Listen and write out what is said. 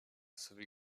sowie